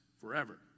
forever